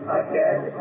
again